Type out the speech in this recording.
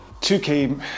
2K